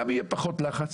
גם יהיה פחות לחץ,